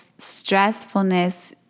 stressfulness